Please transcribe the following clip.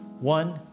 One